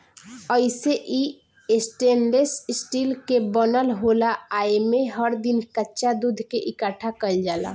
अइसे इ stainless steel के बनल होला आ एमे हर दिन कच्चा दूध के इकठ्ठा कईल जाला